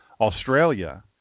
Australia